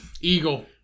Eagle